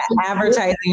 advertising